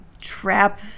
trap